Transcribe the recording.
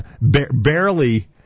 barely